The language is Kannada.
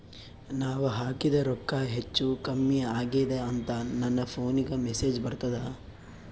ನಾವ ಹಾಕಿದ ರೊಕ್ಕ ಹೆಚ್ಚು, ಕಮ್ಮಿ ಆಗೆದ ಅಂತ ನನ ಫೋನಿಗ ಮೆಸೇಜ್ ಬರ್ತದ?